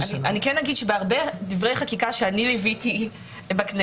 אני כן אגיד שבהרבה דברי חקיקה שאני ליוויתי בכנסת,